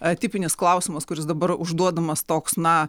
tipinis klausimas kuris dabar užduodamas toks na